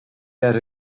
that